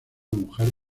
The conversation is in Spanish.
mujer